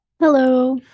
Hello